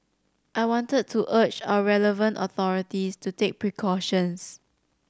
I wanted to urge our relevant authorities to take precautions